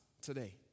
today